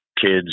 kids